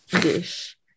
dish